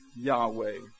Yahweh